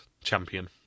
champion